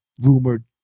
rumored